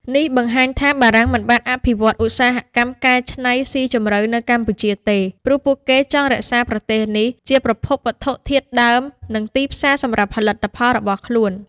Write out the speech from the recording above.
នេះបង្ហាញថា បារាំងមិនបានអភិវឌ្ឍន៍ឧស្សាហកម្មកែច្នៃស៊ីជម្រៅនៅកម្ពុជាទេ ព្រោះពួកគេចង់រក្សាប្រទេសនេះជាប្រភពវត្ថុធាតុដើម និងទីផ្សារសម្រាប់ផលិតផលរបស់ខ្លួន។